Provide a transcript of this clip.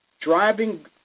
driving